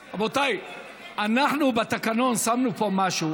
רבותיי, אנחנו בתקנון שמנו פה משהו.